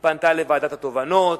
היא פנתה לוועדת התובענות,